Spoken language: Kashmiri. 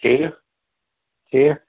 ٹھیٖک ٹھیٖک